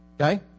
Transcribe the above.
Okay